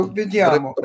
vediamo